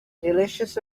delicious